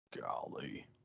golly